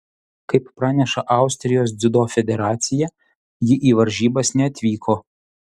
kaip praneša austrijos dziudo federacija ji į varžybas neatvyko